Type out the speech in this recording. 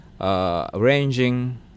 arranging